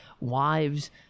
wives